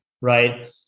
right